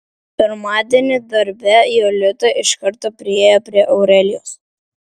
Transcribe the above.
pirmadienį darbe jolita iš karto priėjo prie aurelijos